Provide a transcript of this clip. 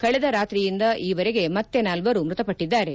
ಕಳೆದ ರಾತ್ರಿಯಿಂದ ಈವರೆಗೆ ಮತ್ತೆ ನಾಲ್ವರು ಮೃತಪಟ್ಟದ್ದಾರೆ